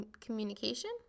communication